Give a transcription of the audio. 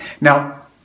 Now